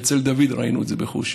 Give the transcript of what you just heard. אצל דוד ראינו את זה בחוש.